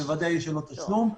ובוודאי שום תשלום.